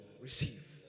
receive